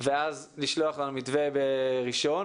רביעי ואז לשלוח לנו מתווה ביום ראשון.